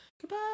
Goodbye